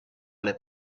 alle